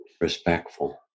respectful